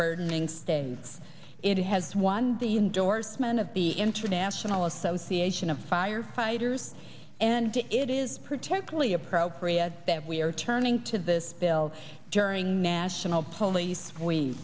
burdening states it has won the endorsement of the international association of firefighters and it is particularly appropriate that we are turning to this bill during national police we